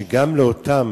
שגם אותם